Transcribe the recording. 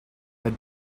but